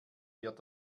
wird